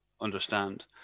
understand